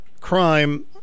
crime